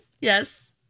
Yes